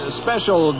special